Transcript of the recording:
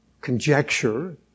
conjecture